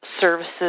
services